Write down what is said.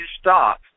stop